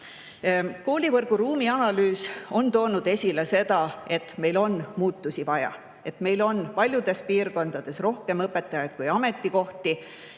Koolivõrgu ruumianalüüs on toonud esile, et meil on muutusi vaja. Meil on paljudes piirkondades rohkem õpetajaid kui ametikohti